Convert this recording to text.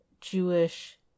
Jewish